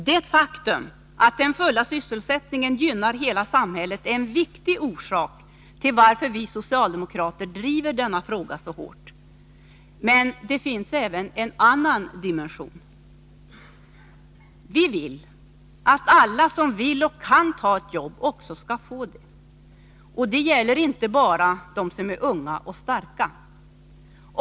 Det faktum att den fulla sysselsättningen gynnar hela samhället är en viktig orsak till att vi socialdemokrater driver denna fråga så hårt. Men det finns även en annan dimension. Vi vill att alla som vill och kan ta ett jobb också skall få det. Och det gäller inte bara dem som är unga och starka.